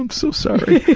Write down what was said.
um so sorry.